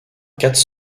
quatre